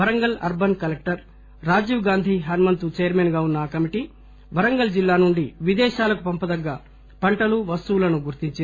Warangal urban collector Rajiv Gandhi Hanumanthu చైర్కెన్గా ఉన్న ఆ కమిటీ వరంగల్ జిల్లా నుంచి విదేశాలకు పంపదగ్గ పంటలు వస్తువులను గుర్తించింది